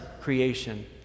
creation